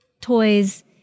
toys